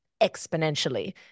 exponentially